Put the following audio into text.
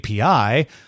API